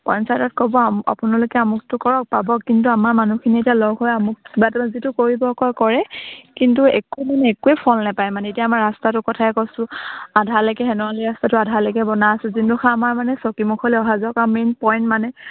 পঞ্চায়তত ক'ব আপোনালোকে আমুকটো কৰক পাব কিন্তু আমাৰ মানুহখিনি এতিয়া লগ হৈ আমুক বা তেওঁ যিটো কৰিব কয় কৰে কিন্তু একো মানে একোৱেই ফল নাপায় মানে এতিয়া আমাৰ ৰাস্তাটোৰ কথাই কৈছোঁ আধালৈকে ৰাস্তাটো আধালৈকে বনাই আছে যোনডখৰ আমাৰ মানে চকীমুখলৈ অহা যোৱা কৰা মেইন পইণ্ট মানে